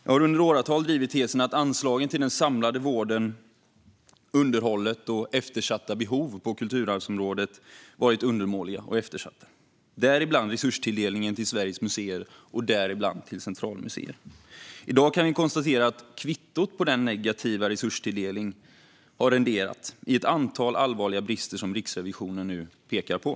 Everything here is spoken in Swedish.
Jag har under åratal drivit tesen att anslagen till den samlade vården och underhållet på kulturarvsfältet har varit undermåliga och eftersatta, bland annat resurstilldelningen till Sveriges museer och däribland centralmuseerna. I dag kan vi konstatera att den negativa resurstilldelningen resulterat i ett antal allvarliga brister som Riksrevisionen pekar på.